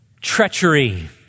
treachery